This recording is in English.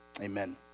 amen